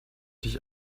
dich